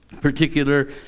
particular